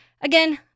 again